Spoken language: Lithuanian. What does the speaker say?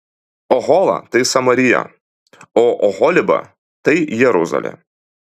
ohola tai samarija o oholiba tai jeruzalė